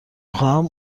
خواهم